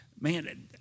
Man